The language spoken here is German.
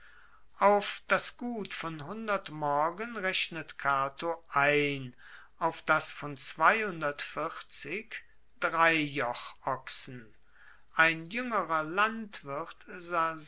auf das gut von morgen rechnet cato ein auf das von drei joch ochsen ein juengerer landwirt